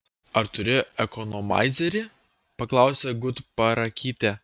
ar turi ekonomaizerį paklausė gutparakytė